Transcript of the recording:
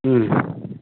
ம்